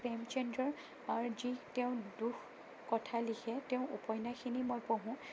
প্ৰেমচন্দৰ যি তেওঁ দুখ কথা লিখে তেওঁৰ উপন্যাসখিনি মই পঢ়োঁ